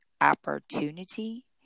opportunity